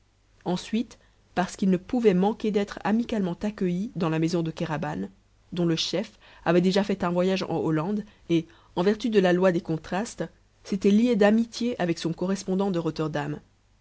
ensuite parce qu'ils ne pouvaient manquer d'être amicalement accueillis dans la maison kéraban dont le chef avait déjà fait un voyage en hollande et en vertu de la loi des contrastes s'était lié d'amitié avec son correspondant de